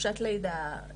חופשת לידה,